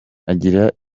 agira